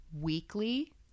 weekly